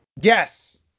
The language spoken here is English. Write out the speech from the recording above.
Yes